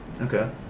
Okay